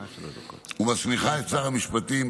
ומסמיכה את שר המשפטים,